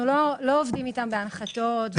לא בהנחתות.